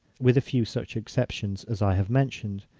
with a few such exceptions as i have mentioned,